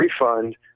refund